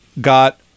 got